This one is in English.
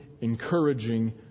encouraging